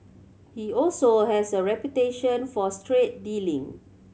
he also has a reputation for straight dealing